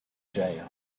jail